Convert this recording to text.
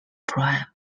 prime